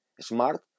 smart